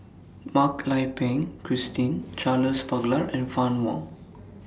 Mak Lai Peng Christine Charles Paglar and Fann Wong